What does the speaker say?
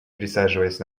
присаживаясь